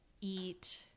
eat